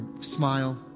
smile